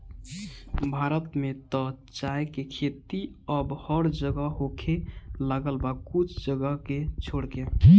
भारत में त चाय के खेती अब हर जगह होखे लागल बा कुछ जगह के छोड़ के